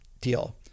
deal